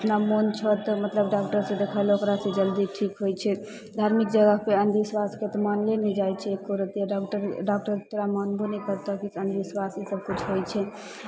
एतना मन छौ तऽ मतलब डाग्डरसँ देखा लह ओकरासँ जल्दी ठीक होइ छै धार्मिक जगहपे अन्धविश्वासके तऽ मानले नहि जाइ छै एको रत्ती डॉक्टर डॉक्टर तोरा मानबो नहि करतहु कि अन्धविश्वास ईसभ किछु होइ छै